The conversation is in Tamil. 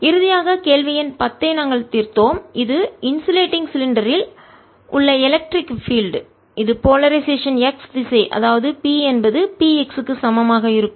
இறுதியாக கேள்வி எண் 10 ஐ நாங்கள் தீர்த்தோம் இது இன்சுலேடிங் சிலிண்டர் யில் உள்ள எலக்ட்ரிக் பீல்ட் மின்சார புலம் இது போலரைசேஷன் துருவமயமாக்கல் x திசை அதாவது P என்பது P x க்கு சமமாக இருக்கும்